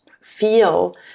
feel